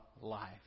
life